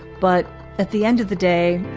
but at the end of the day,